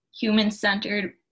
human-centered